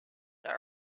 that